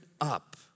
up